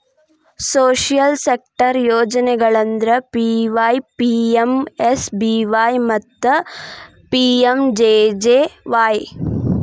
social sector ಯೋಜನೆಗಳಂದ್ರ PYPMSBY ಮತ್ತ PMJJY